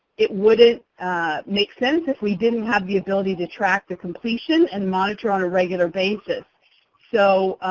it wouldn't make sense if we didn't have the ability to track the completion and monitor on a regular basis. so,